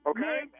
Okay